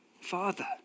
Father